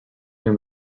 new